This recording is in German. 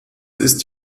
ist